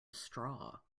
straw